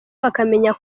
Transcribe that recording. bakamenya